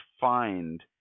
find